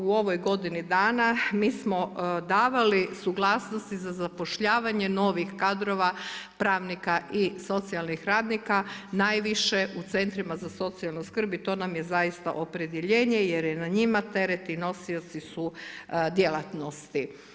U ovoj godini dana mi smo davali suglasnosti za zapošljavanje novih kadrova pravnika i socijalnih radnika najviše u centrima za socijalnu skrb i to nam je zaista opredjeljenje jer je na njima teret i nosioci su djelatnosti.